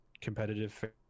competitive